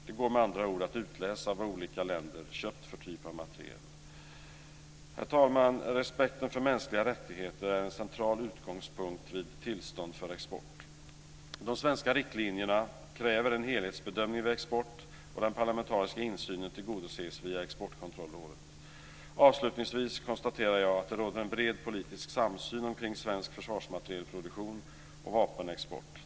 Det går med andra ord att utläsa vilken typ av materiel som olika länder köpt. Herr talman! Respekten för mänskliga rättigheter är en central utgångspunkt vid tillstånd för export. De svenska riktlinjerna kräver en helhetsbedömning vid export, och den parlamentariska insynen tillgodoses via Exportkontrollrådet. Avslutningsvis konstaterar jag att det råder en bred politisk samsyn kring svensk försvarsmaterielproduktion och vapenexport.